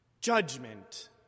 Judgment